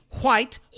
white